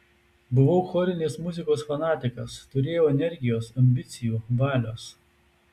buvau chorinės muzikos fanatikas turėjau energijos ambicijų valios